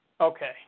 Okay